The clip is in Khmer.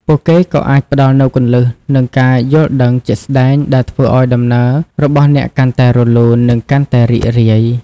ពួកគេក៏អាចផ្តល់នូវគន្លឹះ និងការយល់ដឹងជាក់ស្តែងដែលធ្វើឲ្យដំណើររបស់អ្នកកាន់តែរលូន និងកាន់តែរីករាយ។